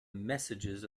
messages